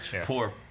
poor